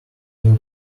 will